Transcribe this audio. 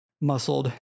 muscled